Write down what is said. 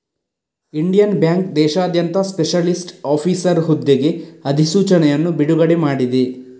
Indian bank ದೇಶಾದ್ಯಂತ specialist officer ಹುದ್ದೆಗೆ ಅಧಿಸೂಚನೆಯನ್ನು ಬಿಡುಗಡೆ ಮಾಡಿದೆ